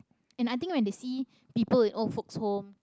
and I think when they see people in old folks home